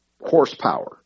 horsepower